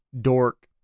dork